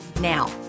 Now